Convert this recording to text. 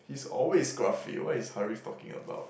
he's always scruffy what is Harif talking about